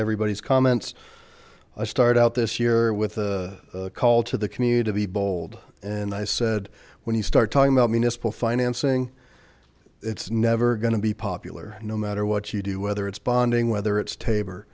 everybody's comments i started out this year with a call to the commute to be bold and i said when you start talking about municipal financing it's never going to be popular no matter what you do whether it's bonding whether it's taber